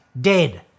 Dead